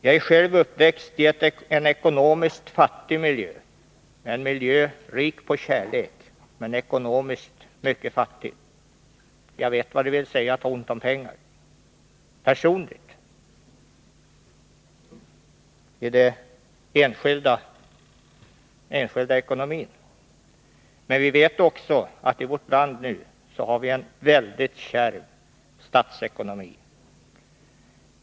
Jag är själv uppväxt i en miljö som var ekonomiskt fattig men rik på kärlek, Jag vet vad det vill säga att ha ont om pengar i den enskilda ekonomin. Vi vet också att vi i vårt land nu har en väldigt kärv statsekonomi.